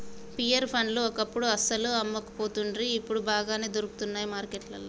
pear పండ్లు ఒకప్పుడు అస్సలు అమ్మపోతుండ్రి ఇప్పుడు బాగానే దొరుకుతానయ్ మార్కెట్లల్లా